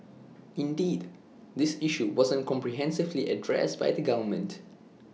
indeed this issue wasn't comprehensively addressed by the government